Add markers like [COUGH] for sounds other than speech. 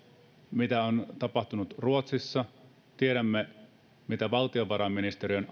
mitä on tapahtunut ruotsissa tiedämme mitä valtiovarainministeriön [UNINTELLIGIBLE]